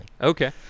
Okay